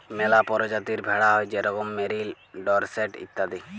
ম্যালা পরজাতির ভেড়া হ্যয় যেরকম মেরিল, ডরসেট ইত্যাদি